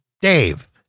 dave